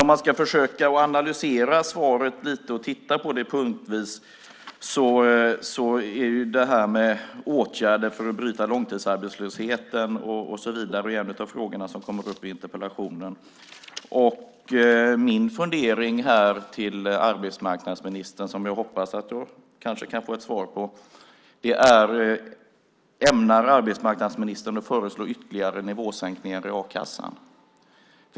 Om man ska försöka analysera svaret lite och titta på det punktvis är det här med åtgärder för att bryta långtidsarbetslösheten en av frågorna som kommer upp i interpellationen. Min fundering till arbetsmarknadsministern, som jag hoppas att jag kanske kan få ett svar på, är: Ämnar arbetsmarknadsministern föreslå ytterligare nivåsänkningar i a-kassan?